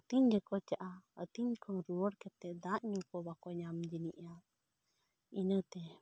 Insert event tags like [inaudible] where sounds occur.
ᱟᱛᱤᱝ [unintelligible] ᱟᱛᱤᱝ ᱠᱚ ᱨᱩᱭᱟᱹᱲ ᱠᱟᱛᱮ ᱫᱟᱜ ᱧᱩᱠᱚ ᱵᱟᱠᱚ ᱧᱟᱢ ᱡᱚᱱᱚᱜᱼᱟ ᱤᱱᱟᱹᱛᱮ